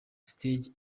stage